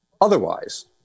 Otherwise